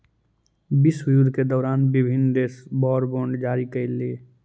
विश्वयुद्ध के दौरान विभिन्न देश वॉर बॉन्ड जारी कैलइ